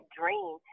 dream